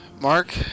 Mark